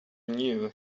knew